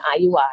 IUI